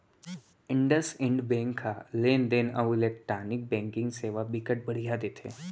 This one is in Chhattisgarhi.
इंडसइंड बेंक ह लेन देन अउ इलेक्टानिक बैंकिंग सेवा बिकट बड़िहा देथे